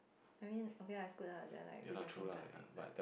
I mean okay lah is good lah they are like reducing plastic lah